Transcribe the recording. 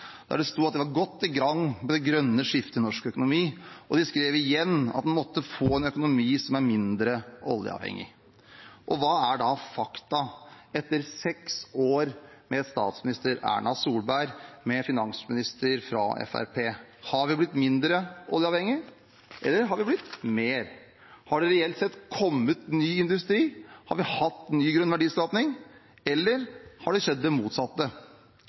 der det sto at de var godt i gang med det grønne skiftet i norsk økonomi. Og de skrev igjen at vi måtte få en økonomi som var mindre oljeavhengig. Hva er da fakta etter seks år med statsminister Erna Solberg og med en finansminister fra Fremskrittspartiet? Har vi blitt mindre oljeavhengig, eller mer? Har det reelt sett kommet ny industri, har vi hatt ny grønn verdiskaping, eller har det motsatte skjedd?